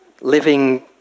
living